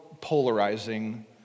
polarizing